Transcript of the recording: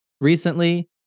recently